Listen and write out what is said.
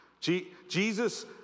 Jesus